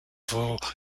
for